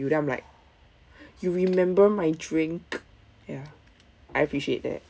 you then I'm like you remember my drink ya I appreciate that